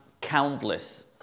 countless